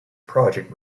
project